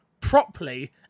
properly